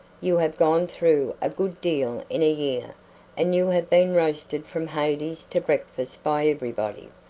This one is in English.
you have gone through a good deal in a year and you have been roasted from hades to breakfast by everybody.